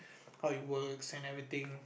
how it works and everything